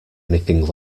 anything